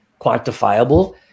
quantifiable